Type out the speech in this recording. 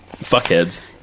fuckheads